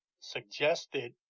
suggested